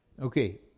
Okay